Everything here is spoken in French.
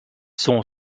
sont